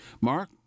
Mark